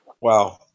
Wow